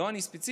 לא אני ספציפית,